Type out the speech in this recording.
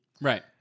Right